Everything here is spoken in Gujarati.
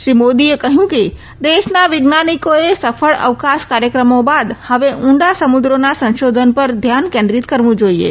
શ્રી મોદીએ કહ્યું કે દેશના વૈજ્ઞાનીકોએ સફળ અવકાશ કાર્યક્રમો બાદ હવે ઉડા સમુદ્રોના સંશોધનો પર ધ્યાન કેન્દ્રીત કરવુ જોઇએ